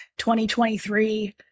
2023